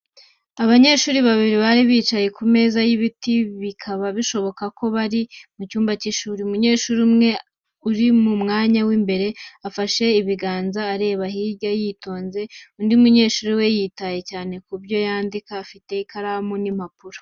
Abanyeshuri babiri bari bicaye ku meza y'ibiti, bikaba bishoboka ko bari mu cyumba cy'ishuri. Umunyeshuri umwe uri mu mwanya w'imbere, afashe ibiganza, areba hirya yitonze. Undi munyeshuri we yitaye cyane ku byo yandika, afite ikaramu n'impapuro.